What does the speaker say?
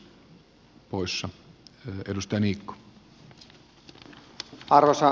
arvoisa puhemies